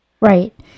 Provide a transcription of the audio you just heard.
Right